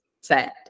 Sad